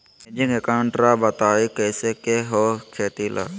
Managing account राव बताएं कैसे के हो खेती ला?